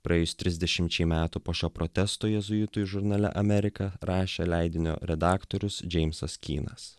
praėjus trisdešimčiai metų po šio protesto jėzuitui žurnale amerika rašė leidinio redaktorius džeimsas kynas